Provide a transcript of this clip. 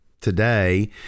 today